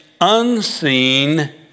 unseen